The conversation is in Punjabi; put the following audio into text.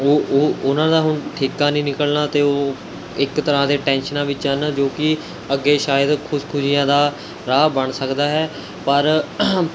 ਉਹ ਉਹ ਉਨ੍ਹਾਂ ਦਾ ਹੁਣ ਠੇਕਾ ਨਹੀਂ ਨਿਕਲਣਾ ਅਤੇ ਉਹ ਇੱਕ ਤਰ੍ਹਾਂ ਦੇ ਟੈਨਸ਼ਨਾਂ ਵਿੱਚ ਹਨ ਜੋ ਕਿ ਅੱਗੇ ਸ਼ਾਇਦ ਖੁਦਕੁਸ਼ੀਆਂ ਦਾ ਰਾਹ ਬਣ ਸਕਦਾ ਹੈ ਪਰ